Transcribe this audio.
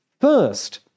First